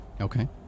Okay